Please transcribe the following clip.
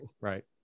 right